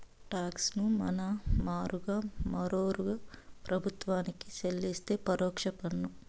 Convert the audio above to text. talks ను మన మారుగా మరోరూ ప్రభుత్వానికి చెల్లిస్తే పరోక్ష పన్ను